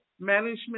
management